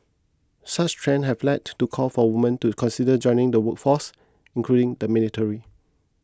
such trends have led to call for women to consider joining the workforce including the military